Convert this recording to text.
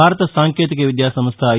భారత సాంకేతిక విద్యా సంస్థ ఐ